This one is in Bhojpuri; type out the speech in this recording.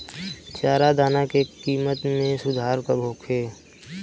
चारा दाना के किमत में सुधार कब होखे?